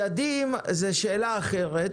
מדדים זה שאלה אחרת.